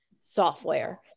software